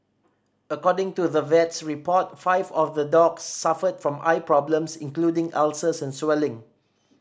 according to the vet's report five of the dogs suffered from eye problems including ulcers and swelling